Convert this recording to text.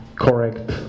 correct